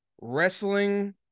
wrestling